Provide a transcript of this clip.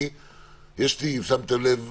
אם שמתם לב,